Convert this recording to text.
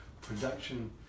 production